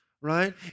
right